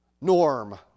norm